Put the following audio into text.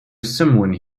someone